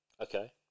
Okay